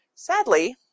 Sadly